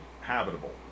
habitable